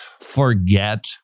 forget